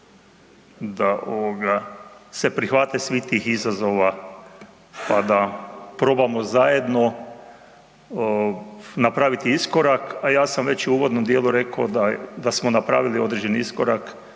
da se prihvate svih tih izazova pa da probamo zajedno napraviti iskorak a ja sam već u uvodno djelu rekao da smo napravili određeni iskorak